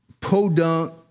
podunk